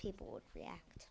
people would react